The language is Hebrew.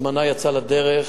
ההזמנה יצאה לדרך.